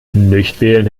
nichtwählen